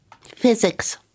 Physics